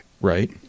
Right